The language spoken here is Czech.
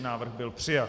Návrh byl přijat.